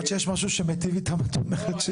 עד שיש משהו שמיטיב איתם את אומרת?